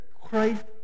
Christ